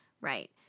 right